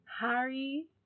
Harry